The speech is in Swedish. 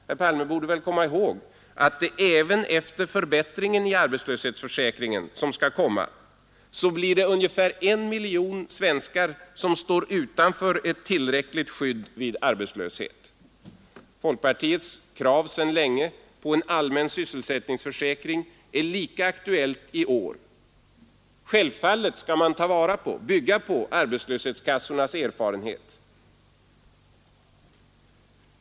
Herr Palme borde väl komma ihåg att även efter förbättringen i arbetslöshetsförsäkringen, som skall komma, så blir det mer än en och en halv miljon svenskar som står utanför ett tillräckligt skydd vid arbetslöshet. Folkpartiets krav sedan länge på en allmän sysselsättningsförsäkring är lika aktuellt i år. Självfallet skall man ta vara på och bygga på arbetslöshetskassornas erfarenhet.